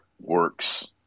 works